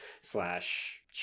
slash